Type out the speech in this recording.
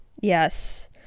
Yes